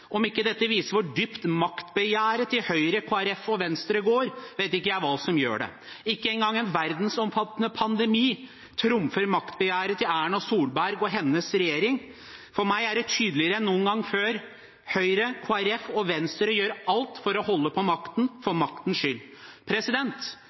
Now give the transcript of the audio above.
Om ikke dette viser hvor dypt maktbegjæret til Høyre, Kristelig Folkeparti og Venstre går, vet ikke jeg hva som gjør det. Ikke engang en verdensomfattende pandemi trumfer maktbegjæret til Erna Solberg og hennes regjering. For meg er det tydeligere enn noen gang før: Høyre, Kristelig Folkeparti og Venstre gjør alt for å holde på makten,